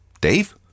Dave